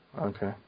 Okay